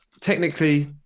Technically